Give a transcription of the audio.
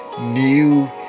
new